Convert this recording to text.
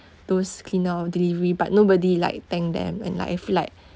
those cleaner or delivery but nobody like thanked them and like I feel like